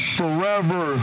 forever